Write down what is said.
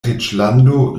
reĝlando